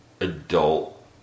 adult